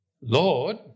Lord